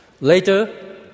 Later